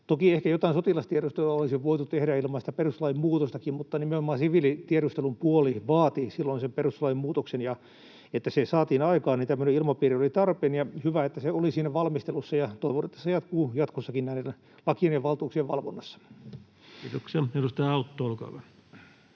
ehkä jotain sotilastiedustelua olisi voitu tehdä ilman sitä perustuslain muutostakin, mutta nimenomaan siviilitiedustelun puoli vaati silloin sen perustuslain muutoksen, ja jotta se saatiin aikaan, tämmöinen ilmapiiri oli tarpeen, ja oli hyvä, että se oli siinä valmistelussa, ja toivon, että se jatkuu jatkossakin näiden lakien ja valtuuksien valvonnassa. [Speech 175] Speaker: